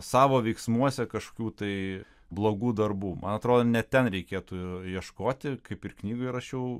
savo veiksmuose kažkokių tai blogų darbų man atrodo ne ten reikėtų ieškoti kaip ir knygoje rašiau